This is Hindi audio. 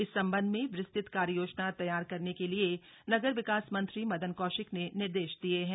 इस सम्बंध में विस्तृत कार्ययोजना तैयार करने के लिए नगर विकास मंत्री मदन कौशिक ने निर्देश दिये हैं